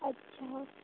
अच्छा